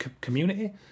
community